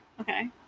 Okay